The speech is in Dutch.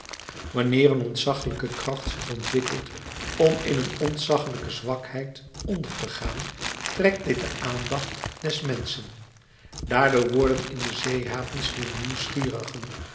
wanneer een ontzaggelijke kracht zich ontwikkelt om in een ontzaggelijke zwakheid onder te gaan trekt dit de aandacht des menschen daardoor worden in de zeehavens de